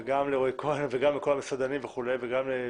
ולכולם,